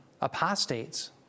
apostates